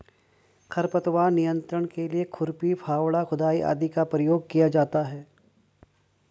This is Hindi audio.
खरपतवार नियंत्रण के लिए खुरपी, फावड़ा, खुदाई आदि का प्रयोग किया जाता है